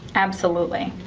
absolutely.